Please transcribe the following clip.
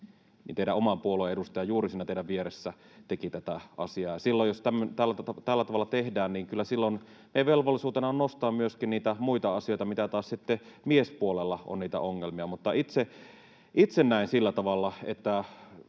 teidän oman puolueenne edustaja juuri siinä teidän vieressänne teki tätä asiaa. Silloin jos tällä tavalla tehdään, niin kyllä silloin meidän velvollisuutenamme on nostaa myöskin niitä muita asioita, mitä ongelmia taas sitten miespuolella on. Itse näen sillä tavalla, että